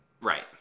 Right